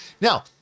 now